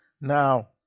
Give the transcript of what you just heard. Now